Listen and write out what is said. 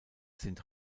sind